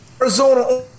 Arizona